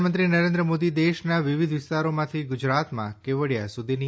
પ્રધાનમંત્રી નરેન્દ્ર મોદી દેશના વિવિધ વિસ્તારોમાંથી ગુજરાતમાં કેવડિયા સુધીની